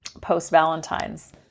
post-Valentine's